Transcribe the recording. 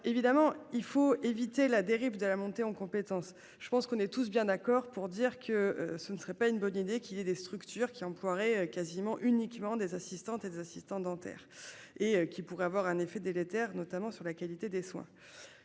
évidemment il faut éviter la dérive de la montée en compétence. Je pense qu'on est tous bien d'accord pour dire que ce ne serait pas une bonne idée qu'il y ait des structures qui emploierait quasiment uniquement des assistantes et assistants dentaires et qui pourrait avoir un effet délétère notamment sur la qualité des soins.